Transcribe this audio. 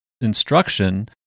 instruction